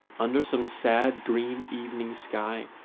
under some sad, green evening sky,